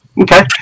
Okay